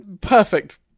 perfect